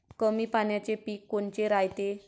कमी पाण्याचे पीक कोनचे रायते?